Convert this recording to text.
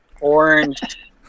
orange